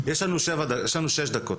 יש לנו שש דקות,